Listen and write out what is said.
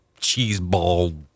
cheeseball